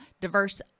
diverse